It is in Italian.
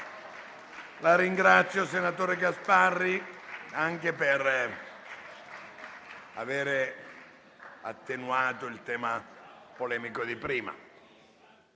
La ringrazio, Senatore Gasparri, anche per aver attenuato la polemica di prima.